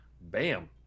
bam